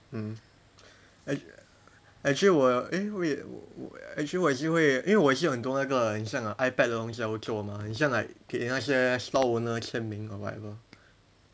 mm ac~ actually 我也 eh wait actually 我是会因为我也是有很多那个很像 ipad 的东西叫我做嘛很像 like 给那些 store owner 签名 or whatever